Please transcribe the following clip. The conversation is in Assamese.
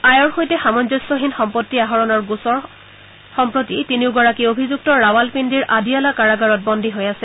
আয়ৰ সৈতে সামঞ্জস্যহীন সম্পত্তি আহৰণৰ গোচৰ সম্প্ৰতি তিনিও গৰাকী অভিযুক্ত ৰাৱালপিণ্ডিৰ আদিয়ালা কাৰাগাৰত বন্দি হৈ আছে